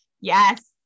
Yes